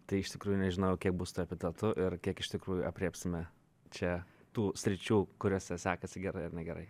tai iš tikrųjų nežinau kiek bus tų epitetų ir kiek iš tikrųjų aprėpsime čia tų sričių kuriose sekasi gerai ar negerai